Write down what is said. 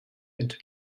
into